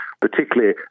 particularly